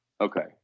Okay